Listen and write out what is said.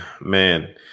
man